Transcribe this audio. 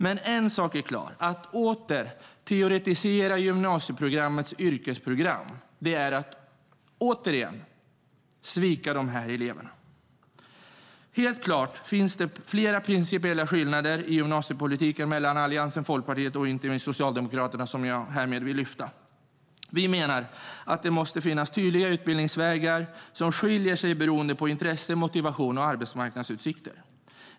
Men en sak är klar: att åter teoretisera gymnasiets yrkesprogram är att återigen svika dessa elever. Helt klart finns det flera principiella skillnader i gymnasiepolitiken mellan Alliansen, Folkpartiet och inte minst Socialdemokraterna som jag härmed vill lyfta fram. Vi menar att det måste finnas tydliga utbildningsvägar som skiljer sig beroende på intresse, motivation och arbetsmarknadsutsikter.